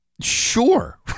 sure